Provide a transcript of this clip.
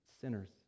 sinners